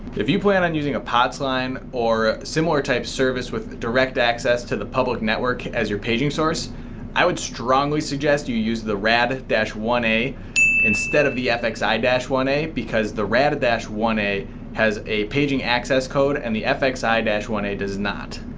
if you plan on using a pots line or similar type service with direct access to the public network as your paging source i would strongly suggest you use the rad one a instead of the fxi and one a because the rad and one a has a paging access code and the fxi and one a does not.